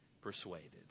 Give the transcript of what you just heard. persuaded